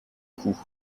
cou